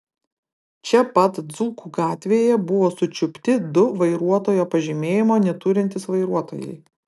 čia pat dzūkų gatvėje buvo sučiupti du vairuotojo pažymėjimo neturintys vairuotojai